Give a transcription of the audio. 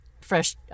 fresh